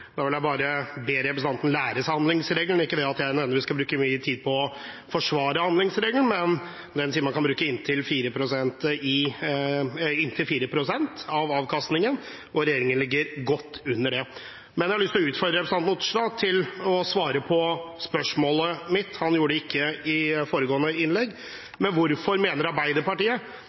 Da vil jeg bare be representanten lære seg handlingsregelen. Ikke at jeg nødvendigvis skal bruke mye tid på å forsvare handlingsregelen, men den sier man kan bruke inntil 4 pst. av avkastningen. Regjeringen ligger godt under det. Jeg har lyst til å utfordre representanten Otterstad til å svare på spørsmålet mitt. Det gjorde han ikke i foregående innlegg. Hvorfor mener Arbeiderpartiet,